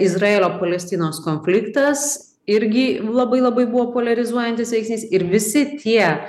izraelio palestinos konfliktas irgi labai labai buvo poliarizuojantis veiksnys ir visi tie